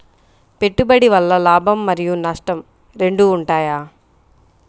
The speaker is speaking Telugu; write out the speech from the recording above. పెట్టుబడి వల్ల లాభం మరియు నష్టం రెండు ఉంటాయా?